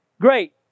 Great